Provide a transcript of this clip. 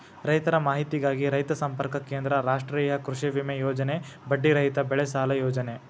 ರೈತರ ಮಾಹಿತಿಗಾಗಿ ರೈತ ಸಂಪರ್ಕ ಕೇಂದ್ರ, ರಾಷ್ಟ್ರೇಯ ಕೃಷಿವಿಮೆ ಯೋಜನೆ, ಬಡ್ಡಿ ರಹಿತ ಬೆಳೆಸಾಲ ಯೋಜನೆ